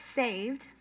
saved